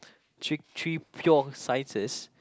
three three pure Sciences